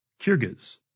Kyrgyz